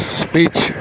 speech